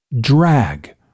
drag